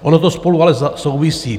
Ono to spolu ale souvisí.